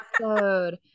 episode